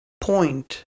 point